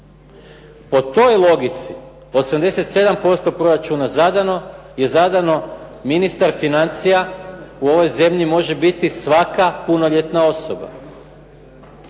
Po toj logici 87% proračuna zadano je zadano ministar financija u ovoj zemlji može biti svaka punoljetna osoba,